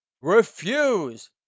refuse